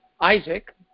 Isaac